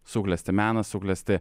suklesti menas suklesti